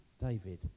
David